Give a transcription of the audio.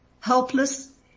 helpless